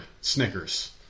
Snickers